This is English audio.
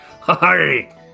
hi